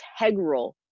integral